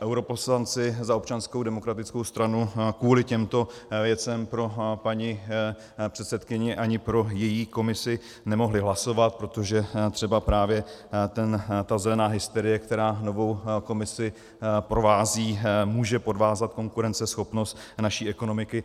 Europoslanci za Občanskou demokratickou stranu kvůli těmto věcem pro paní předsedkyni ani pro její komisi nemohli hlasovat, protože třeba právě ta zelená hysterie, která novou komisi provází, může podvázat konkurenceschopnost naší ekonomiky.